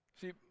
See